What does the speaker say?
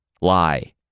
Lie